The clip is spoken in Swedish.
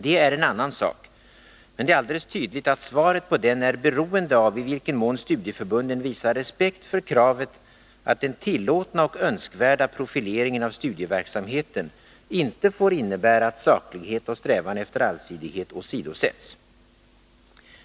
Det är en annan sak, men det är alldeles tydligt att svaret på den frågan är beroende av i vilken mån studieförbunden visar respekt för kravet att den tillåtna och önskvärda profileringen av studieverksamheten inte får innebära att saklighet och strävan efter allsidighet åsidosätts.